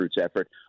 effort